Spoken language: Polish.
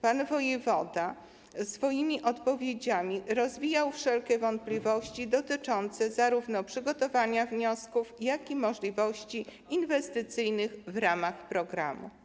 Pan wojewoda swoimi odpowiedziami rozwiewał wszelkie wątpliwości dotyczące zarówno przygotowania wniosków, jak i możliwości inwestycyjnych w ramach programów.